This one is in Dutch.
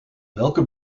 welke